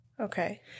Okay